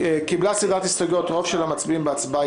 -- (1) קיבלה סדרת הסתייגויות רוב של המצביעים בהצבעה,